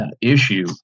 issue